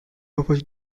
offers